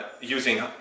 using